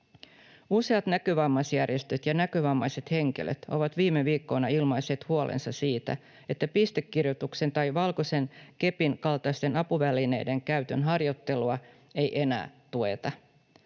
Useat näkövammaisjärjestöt ja näkövammaiset henkilöt ovat viime viikkoina ilmaisseet huolensa siitä, että pistekirjoituksen tai valkoisen kepin kaltaisten apuvälineiden käytön harjoittelua ei enää tueta.